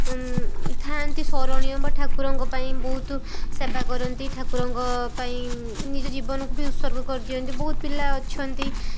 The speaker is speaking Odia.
ଥାଆନ୍ତି ଶରଣୀୟ ବା ଠାକୁରଙ୍କ ପାଇଁ ବହୁତ ସେବା କରନ୍ତି ଠାକୁରଙ୍କ ପାଇଁ ନିଜ ଜୀବନକୁ ବି ଉତ୍ସର୍ଗ କରିଦିଅନ୍ତି ବହୁତ ପିଲା ଅଛନ୍ତି